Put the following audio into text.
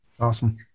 Awesome